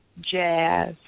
jazz